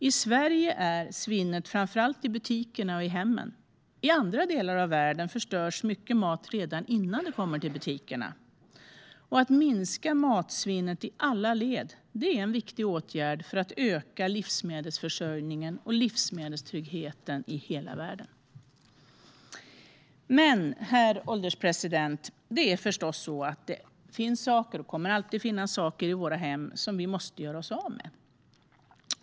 I Sverige sker svinnet framför allt i butikerna och i hemmen. I andra delar av världen förstörs mycket mat redan innan den kommer till butikerna. Att minska matsvinnet i alla led är en viktig åtgärd för att öka livsmedelsförsörjningen och livsmedelstryggheten i hela världen. Men, herr ålderspresident, det finns förstås, och kommer alltid att finnas, saker i våra hem som vi måste göra oss av med.